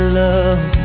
love